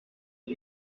bis